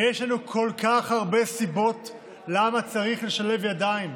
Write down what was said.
ויש לנו כל כך הרבה סיבות למה צריך לשלב ידיים,